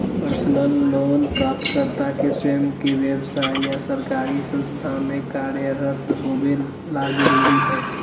personal loan प्राप्तकर्ता के स्वयं के व्यव्साय या सरकारी संस्था में कार्यरत होबे ला जरुरी हइ